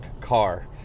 car